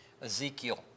Ezekiel